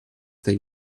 they